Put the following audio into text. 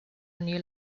new